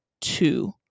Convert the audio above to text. two